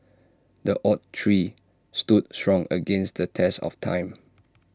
the oak tree stood strong against the test of time